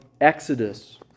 Exodus